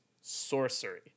Sorcery